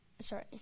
sorry